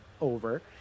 over